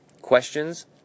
questions